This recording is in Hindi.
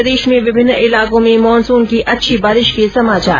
प्रदेश में विभिन्न इलाकों में मानूसन की अच्छी बारिश के समाचार